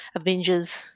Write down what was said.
Avengers